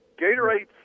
Gatorade